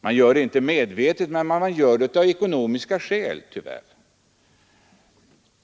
Man gör inte detta medvetet, men det sker av ekonomiska skäl.